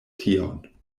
tion